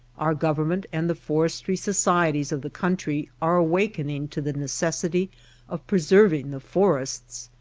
our government and the forestry societies of the country are awakening to the necessity of preserving the forests.